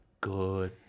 Good